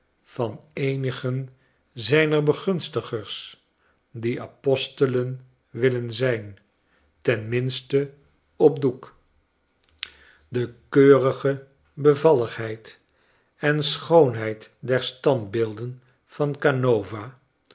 van eenigen zijner begunstigers die apostelen wilden zijn ten minste op doek de keurige bevalligheid en schoonheid der standbeelden van canova